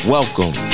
Welcome